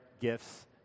gifts